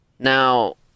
Now